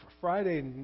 Friday